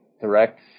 direct